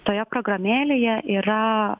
toje programėlėje yra